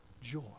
joy